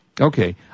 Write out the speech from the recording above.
Okay